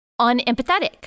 unempathetic